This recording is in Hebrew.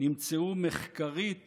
נמצאו מחקרית